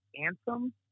Anthem